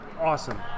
awesome